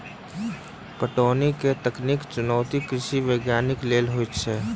पटौनीक तकनीकी चुनौती कृषि वैज्ञानिक लेल होइत अछि